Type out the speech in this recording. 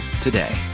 today